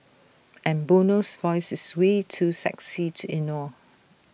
and Bono's voice is way too sexy to ignore